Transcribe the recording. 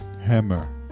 Hammer